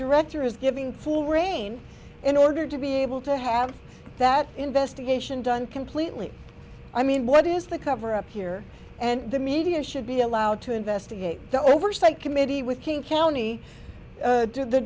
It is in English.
director is giving full reign in order to be able to have that investigation done completely i mean what is the cover up here and the media should be allowed to investigate the oversight committee with king county the d